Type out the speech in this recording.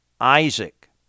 Isaac